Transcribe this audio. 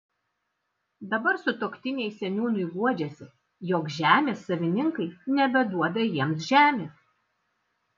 dabar sutuoktiniai seniūnui guodžiasi jog žemės savininkai nebeduoda jiems žemės